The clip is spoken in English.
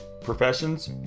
professions